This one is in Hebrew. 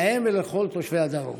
להם ולכל תושבי הדרום.